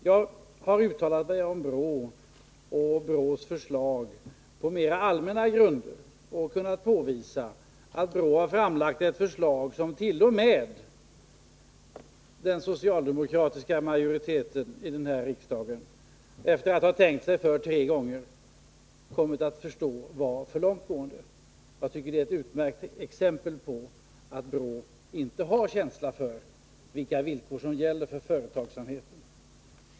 Jag har uttalat mig om BRÅ och BRÅ:s förslag på mera allmänna grunder och kunnat påvisa att BRÅ framlagt ett förslag som t.o.m. den socialdemokratiska majoriteten här i riksdagen, efter att ha tänkt sig för tre gånger, kommit att förstå var för långtgående. Jag tycker det är ett utmärkt exempel på att BRÅ inte har känsla för vilka villkor som gäller för företagsamheten.